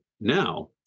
now